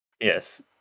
Yes